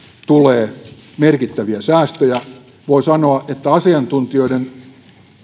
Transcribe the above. tulee merkittäviä säästöjä voi sanoa että asiantuntijoiden